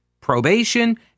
probation